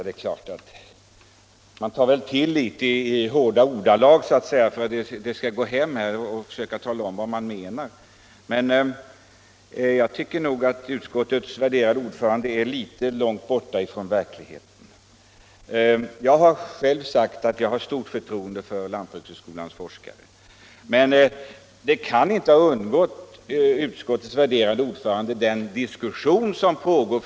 Herr talman! Ja, man tar väl till litet hårda uttryck för att talet skall gå hem, när man försöker klargöra vad man menar. Men jag tycker att utskottets värderade ordförande ändå är litet långt borta från verkligheten. Jag har också sagt att jag har stort förtroende för lantbrukshögskolans forskare. Men den diskussion som f. n. pågår ute på fältet kan inte ha undgått herr Larsson i Borrby.